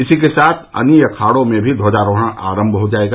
इसी के साथ अनी अखाड़ों में भी ध्वजारोहण आरम्म हो जायेगा